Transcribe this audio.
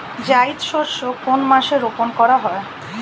জায়িদ শস্য কোন মাসে রোপণ করা হয়?